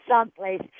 someplace